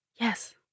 Yes